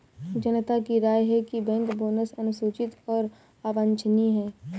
जनता की राय है कि बैंक बोनस अनुचित और अवांछनीय है